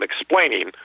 explaining